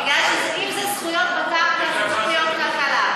אם זה זכויות בקרקע זה צריך להיות כלכלה,